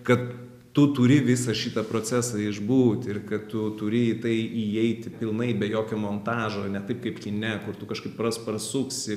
kad tu turi visą šitą procesą išbūt ir kad tu turi į tai įeiti pilnai be jokio montažo ne taip kaip kine kur tu kažkaip ras pasuksi